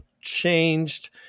changed